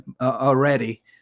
already